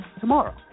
tomorrow